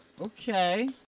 Okay